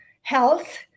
health